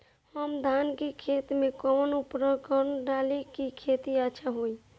हम धान के खेत में कवन उर्वरक डाली कि खेती अच्छा होई?